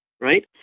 right